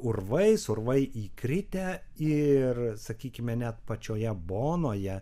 urvais urvai įkritę ir sakykime net pačioje bonoje